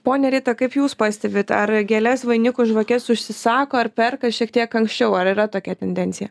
ponia rita kaip jūs pastebit ar gėles vainikus žvakes užsisako ar perka šiek tiek anksčiau ar yra tokia tendencija